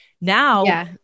now